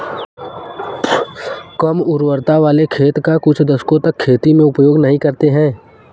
कम उर्वरता वाले खेत का कुछ दशकों तक खेती में उपयोग नहीं करते हैं